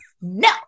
no